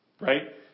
Right